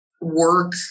work